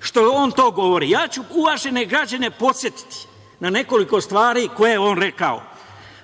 što on to govori. Ja ću uvažene građane podsetiti na nekoliko stvari koje je on rekao,